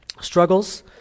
struggles